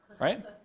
right